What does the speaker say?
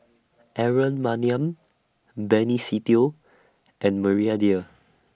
Aaron Maniam Benny Se Teo and Maria Dyer